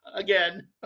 again